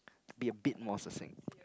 be a bit more succinct